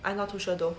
I not too sure though